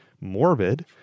morbid